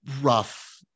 rough